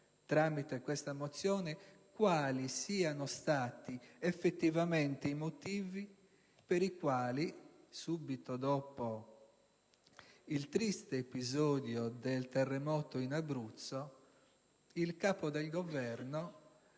tramite questa mozione - quali siano stati effettivamente i motivi per i quali, subito dopo il triste episodio del terremoto in Abruzzo, il Capo del Governo